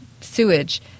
sewage